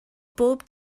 bob